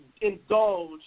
indulge